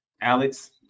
Alex